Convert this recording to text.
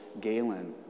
Galen